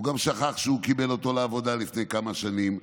הוא גם שכח שהוא קיבל אותו לעבודה לפני כמה שנים.